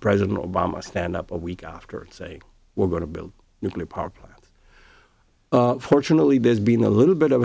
president obama stand up a week afterwards saying we're going to build nuclear power plants fortunately there's been a little bit of a